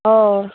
অঁ